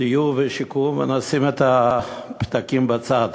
דיור ושיכון, ונשים את הפתקים בצד